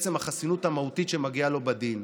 מעצם החסינות המהותית שמגיעה לו בדין.